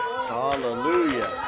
Hallelujah